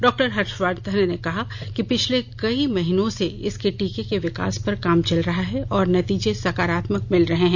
doctor Harshvardhan ने कहा कि पिछले कई महीनों से इसके टीके के विकास पर काम चल रहा है और नतीजे सकारात्मक मिल रहे हैं